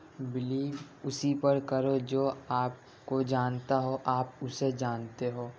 blue اسى پر کرو جو آپ كو جانتا ہو آپ اسے جانتے ہو